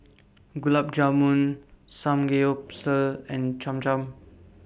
Gulab Jamun Samgeyopsal and Cham Cham